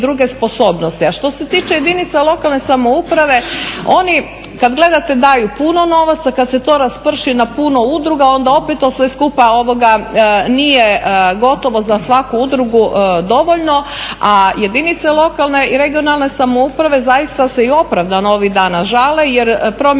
A što se tiče jedinica lokalne samouprave oni kad gledate daju puno novaca, kad se to rasprši na puno udruga onda opet to sve skupa nije gotovo za svaku udrugu dovoljno, a jedinice lokalne i regionalne samouprave zaista se i opravdano ovih dana žale jer promjene svih